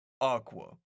Aqua